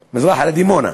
שם, מזרחה לדימונה.